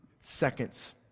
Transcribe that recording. seconds